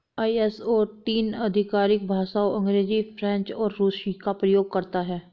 ISO तीन आधिकारिक भाषाओं अंग्रेजी, फ्रेंच और रूसी का प्रयोग करता है